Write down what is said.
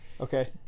Okay